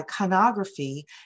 iconography